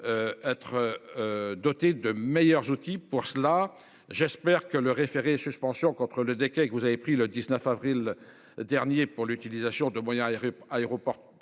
Être. Dotés de meilleurs outils pour cela. J'espère que le. Référé-suspension contre le déclin et que vous avez pris le 19 avril. Dernier pour l'utilisation de moyens aériens